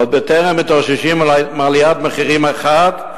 עוד בטרם מתאוששים מעליית מחירים אחת,